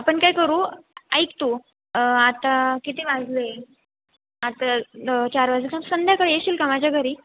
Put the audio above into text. आपण काय करू ऐक तू आता किती वाजले आता चार वाजोसन संध्याकाळी येशील का माझ्या घरी